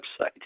website